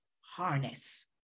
harness